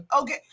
Okay